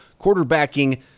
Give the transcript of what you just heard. quarterbacking